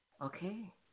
Okay